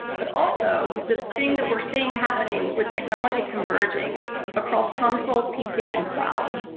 but also this thing that we're seeing happening with technology converging across console, pc, and cloud.